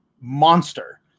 monster